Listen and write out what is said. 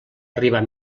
arribar